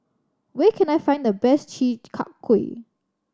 where can I find the best Chi Kak Kuih